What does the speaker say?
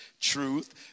truth